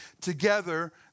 together